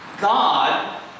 God